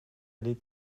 dit